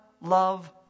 love